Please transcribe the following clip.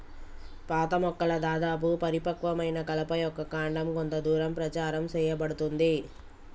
పాత మొక్కల దాదాపు పరిపక్వమైన కలప యొక్క కాండం కొంత దూరం ప్రచారం సేయబడుతుంది